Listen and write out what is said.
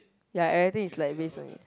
ya everything is like base on it